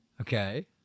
Okay